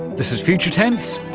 this is future tense,